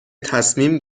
تصمیم